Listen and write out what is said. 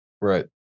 Right